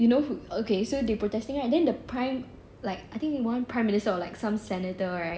you know who okay so they protesting right then the prime like I think one prime minister or like some senator right